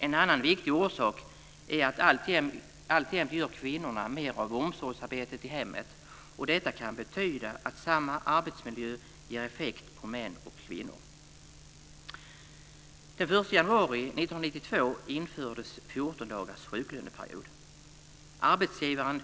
En annan viktig orsak är att kvinnorna alltjämt gör mer av omsorgsarbetet i hemmet, och detta kan betyda att samma arbetsmiljö ger effekt på män och kvinnor.